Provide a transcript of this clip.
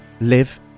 live